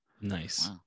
Nice